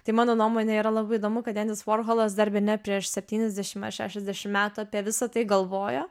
tai mano nuomone yra labai įdomu kad endis vorholas dar bene prieš septyniasdešimt ar šešiasdešimt metų apie visa tai galvojo